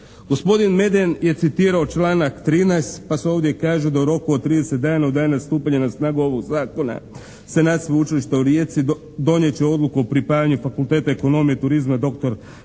Gospodin Meden je citirao članak 13. pa se ovdje kaže da u roku od 30 dana od dana stupanja na snagu ovog zakona senat Sveučilišta u Rijeci donijet će odluku o pripajanju Fakulteta ekonomije i turizma Dr. Mijo